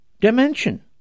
dimension